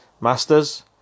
Masters